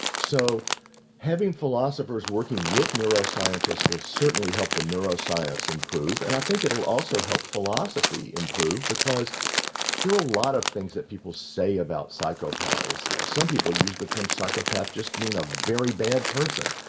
so having philosophers working with neuroscientists will certainly help the neuroscience improve and i think it will also help philosophy improve, because there are a lot of things that people say about psychopaths. you know, some people use the term psychopath just to mean a very bad person.